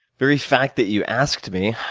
very fact that you asked me,